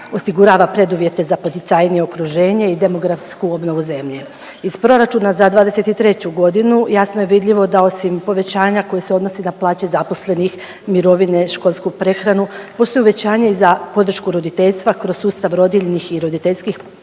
osigurava preduvjete za poticajnije okruženje i demografsku obnovu zemlje. Iz proračuna za 2023. godinu jasno je vidljivo da osim povećanja koje se odnosi na plaće zaposlenih, mirovine, školsku prehranu postoji uvećanje i za podršku roditeljstva kroz sustav rodiljnih i roditeljskih